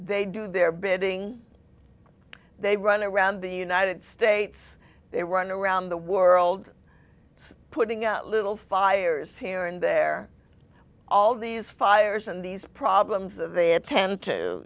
they do their bidding they run around the united states they run around the world putting out little fires here and there all these fires and these problems of the atten